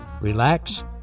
relax